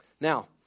Now